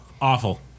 Awful